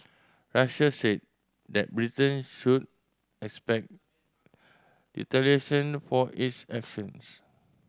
russia said that Britain should expect for its actions